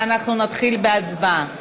ואנחנו נתחיל בהצבעה.